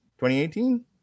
2018